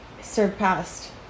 surpassed